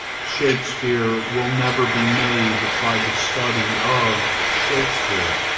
shakspeare will never be made by the study of shakspeare.